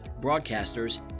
broadcasters